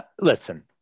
listen